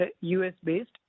US-based